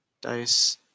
DICE